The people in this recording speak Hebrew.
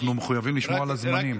אנחנו מחויבים לשמור על הזמנים.